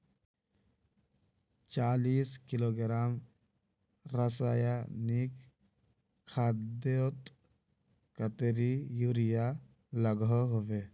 चालीस किलोग्राम रासायनिक खादोत कतेरी यूरिया लागोहो होबे?